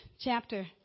chapter